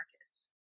marcus